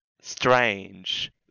strange